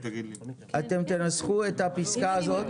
אתם תנסחו את הפסקה הזאת.